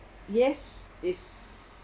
yes it's